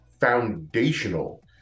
foundational